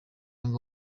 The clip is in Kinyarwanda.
ngo